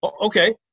Okay